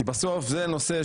כי בסוף זה נושא,